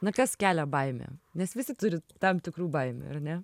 na kas kelia baimę nes visi turi tam tikrų baimių ar ne